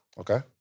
Okay